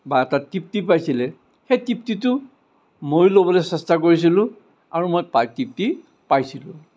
বা এটা তৃপ্তি পাইছিলে সেই তৃপ্তিটো ময়ো ল'বলৈ চেষ্টা কৰিছিলোঁ আৰু মই পাই তৃপ্তি পাইছিলোঁ